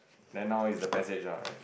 then now it's a passage one right